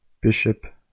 Bishop